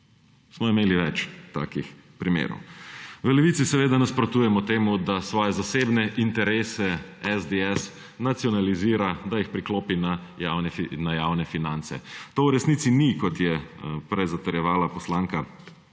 Smo imeli več takih primerov. Levici nasprotujemo temu, da svoje zasebne interese SDS nacionalizira, da jih priklopi na javne finance. To v resnici ni, kot je prej zatrjevala poslanka